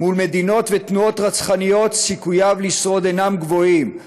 מול מדינות ותנועות רצחניות סיכוייו לשרוד אינם גבוהים.